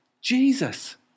Jesus